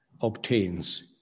obtains